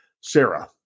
Sarah